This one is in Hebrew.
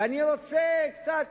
אני רוצה קצת